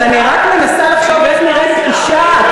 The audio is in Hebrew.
אז אני רק מנסה לחשוב איך נראית אישה,